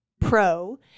pro